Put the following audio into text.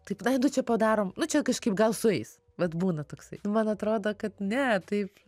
taip ai nu čia padarom nu čia kažkaip gal sueis vat būna toksai man atrodo kad ne taip